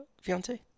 fiance